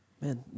Man